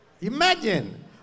imagine